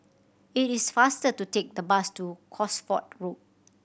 it is faster to take the bus to Cosford Road